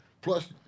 Plus